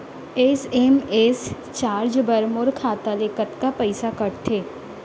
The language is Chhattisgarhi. एस.एम.एस चार्ज बर मोर खाता ले कतका पइसा कटथे?